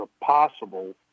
possible